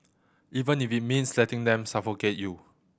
even if it means letting them suffocate you